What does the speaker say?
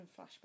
flashback